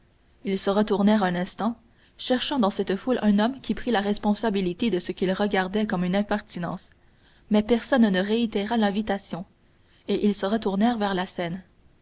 ils se retournèrent un instant cherchant dans cette foule un homme qui prit la responsabilité de ce qu'ils regardaient comme une impertinence mais personne ne réitéra l'invitation et ils se retournèrent vers la scène